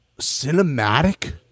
cinematic